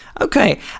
Okay